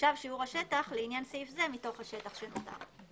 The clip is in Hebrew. יחושב שיעור השטח לעניין סעיף זה מתוך השטח שנותר .